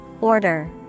order